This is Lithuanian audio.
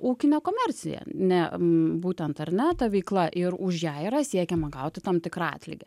ūkinė komercija ne būtent ar ne ta veikla ir už ją yra siekiama gauti tam tikrą atlygį